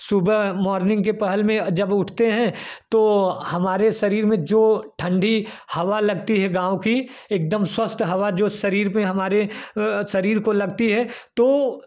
सुबहे morning के पहल में जब उठते हैं तो हमारे शरीर में जो ठंडी हवा लगती है गाँव कि एकदम स्वस्थ हवा जो शरीर पर हमारे शरीर को लगती है तो